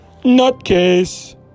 Nutcase